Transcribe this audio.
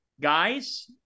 Guys